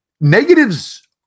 Negatives